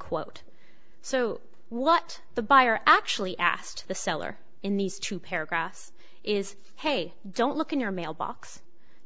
quote so what the buyer actually asked the seller in these two paragraphs is hey don't look in your mailbox